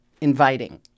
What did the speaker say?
inviting